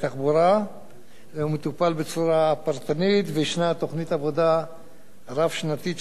וישנה תוכנית עבודה רב-שנתית שנבנתה בתחומים רבים ומגוונים.